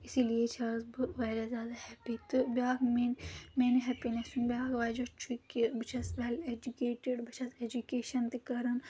اِسی لیے چھَس بہٕ واریاہ زیادٕ ہیٚپی تہٕ بیاکھ میانہِ ہیٚپِنؠس ہُنٛد بیاکھ وجہ چھُ کہِ بہٕ چھَس ویٚل ایٚجُکیٹِڈ بہٕ چھَس ایٚجُوکیشَن تہِ کَران